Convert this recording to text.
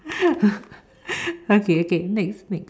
okay okay next next